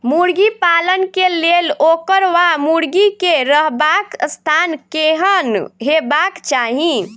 मुर्गी पालन केँ लेल ओकर वा मुर्गी केँ रहबाक स्थान केहन हेबाक चाहि?